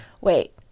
wait